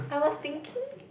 I was thinking